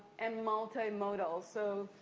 and multi-modal. so,